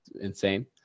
insane